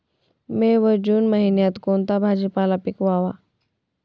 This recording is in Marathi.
मे व जून महिन्यात कोणता भाजीपाला पिकवावा?